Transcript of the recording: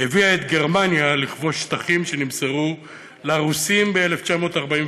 הביאו את גרמניה לכבוש שטחים שנמסרו לרוסים ב-1941.